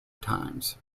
times